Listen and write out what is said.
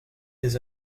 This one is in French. des